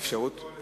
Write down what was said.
אפשר להתחיל.